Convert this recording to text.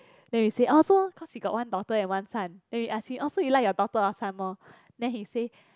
then we say orh so cause he got one daughter and one son then we ask him orh so you like your daughter or son more then he say